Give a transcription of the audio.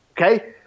Okay